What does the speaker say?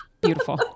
Beautiful